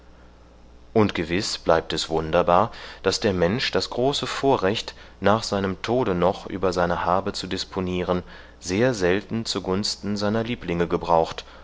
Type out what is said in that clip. und gewiß bleibt es wunderbar daß der mensch das große vorrecht nach seinem tode noch über seine habe zu disponieren sehr selten zugunsten seiner lieblinge gebraucht